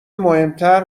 مهمتر